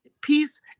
peace